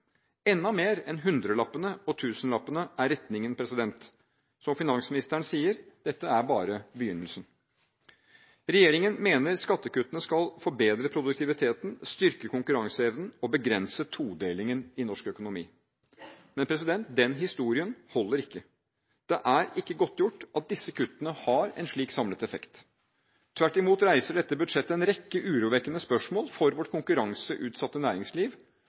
Enda mer enn hundrelappene og tusenlappene er retningen. Som finansministeren sier: Dette er bare begynnelsen. Regjeringen mener skattekuttene skal forbedre produktiviteten, styrke konkurranseevnen og begrense todelingen i norsk økonomi. Men den historien holder ikke. Det er ikke godtgjort at disse kuttene har en slik samlet effekt. Tvert imot reiser dette budsjettet en rekke urovekkende spørsmål for vårt konkurranseutsatte næringsliv,